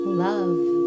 love